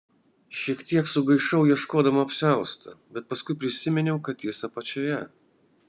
šiek tiek sugaišau ieškodama apsiausto bet paskui prisiminiau kad jis apačioje